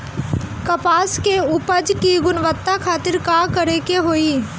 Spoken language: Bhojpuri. कपास के उपज की गुणवत्ता खातिर का करेके होई?